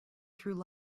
through